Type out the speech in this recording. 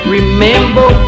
Remember